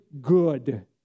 good